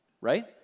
Right